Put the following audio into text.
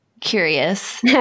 curious